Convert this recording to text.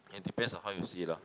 it depends on how you see it lor